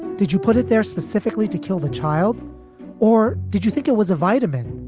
did you put it there specifically to kill the child or did you think it was a vitamin?